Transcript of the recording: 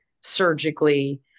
surgically